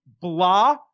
blah